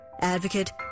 advocate